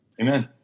Amen